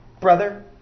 brother